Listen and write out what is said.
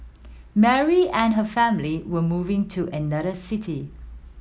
Mary and her family were moving to another city